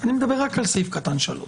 עזבו, אני מדבר רק על סעיף קטן (3).